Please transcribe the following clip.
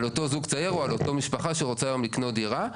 אותו זוג צעיר או על אותה משפחה שרוצים היום לקנות דירה.